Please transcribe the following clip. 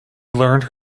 learned